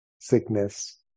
sickness